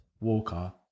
Walker